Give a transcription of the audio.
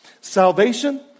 Salvation